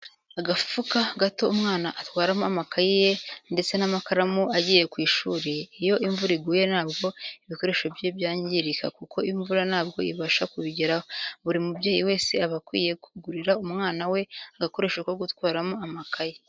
Agafuka gato umwana atwaramo amakayi ye ndese n'amakaramu agiye ku ishuri, iyo imvura iguye ntabwo ibikoresho bye byangirika kuko imvura ntabwo ibasha kubigeraho. Buri mubyeyi wese aba akwiye kugurira umwana we agakoresho ko gutwaramo amakaye.